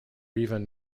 even